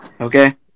Okay